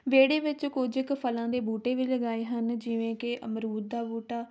ਵਿਹੜੇ ਵਿੱਚ ਕੁਝ ਕੁ ਫਲਾਂ ਦੇ ਬੂਟੇ ਵੀ ਲਗਾਏ ਹਨ ਜਿਵੇਂ ਕਿ ਅਮਰੂਦ ਦਾ ਬੂਟਾ